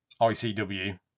ICW